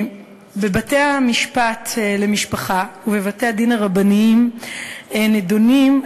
בבתי-המשפט לענייני משפחה ובבתי-הדין הרבניים נדונים,